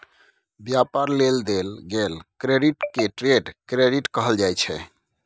व्यापार लेल देल गेल क्रेडिट के ट्रेड क्रेडिट कहल जाइ छै